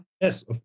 Yes